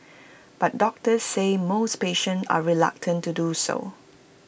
but doctors say most patients are reluctant to do so